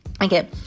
Okay